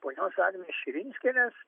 ponios agnės širinskienės